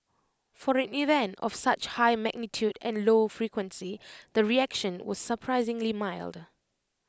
for an event of such high magnitude and low frequency the reaction was surprisingly mild